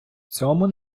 цьому